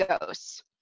ghosts